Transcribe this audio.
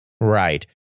right